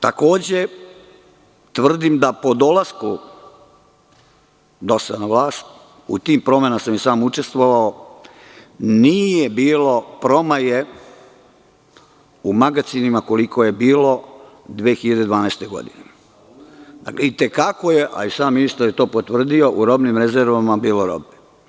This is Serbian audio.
Takođe, tvrdim da po dolasku DOS-a na vlast, u tim promenama sam i sam učestvovao nije bilo promaje u magacinima koliko je bilo 2012. godine, a i sam ministar je to potvrdio, u robnim rezervama je bilo robe.